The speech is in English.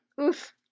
Oof